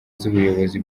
z’ubuyobozi